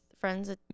friends